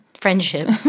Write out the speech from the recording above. Friendship